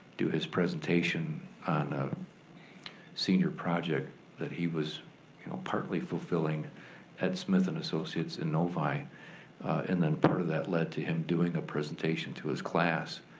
do his presentation on a senior project that he was you know partly fulfilling at smith and associates in novi and then part of that led to him doing a presentation to his class.